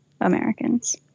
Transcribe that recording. Americans